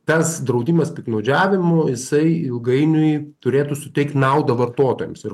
tas draudimas piktnaudžiavimo jisai ilgainiui turėtų suteikt naudą vartotojams ir